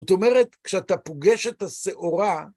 זאת אומרת, כשאתה פוגש את השעורה...